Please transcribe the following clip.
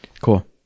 Cool